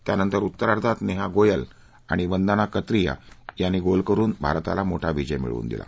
त्यानंतर उत्तरार्धात नेहा गोयल आणि वंदना कतरिया यांनी गोल करुन भारताला मोठा विजय मिळवून दिला